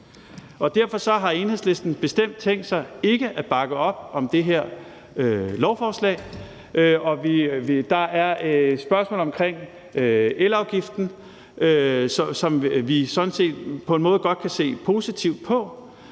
Derfor har Enhedslisten bestemt ikke tænkt sig at bakke op om det her lovforslag. Der er spørgsmål omkring elafgiften, som vi på en måde godt kan se positivt på,